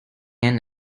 and